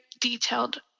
detailed